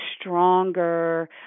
stronger